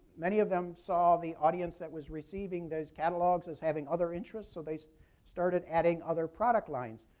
many of them saw the audience that was receiving those catalogs as having other interests, so they so started adding other product lines.